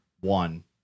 one